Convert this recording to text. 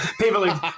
People